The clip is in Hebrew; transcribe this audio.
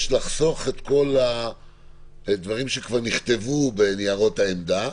לחסוך את כל הדברים שכבר נכתבו בניירות העמדה.